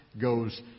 goes